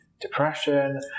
depression